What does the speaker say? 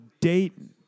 Dayton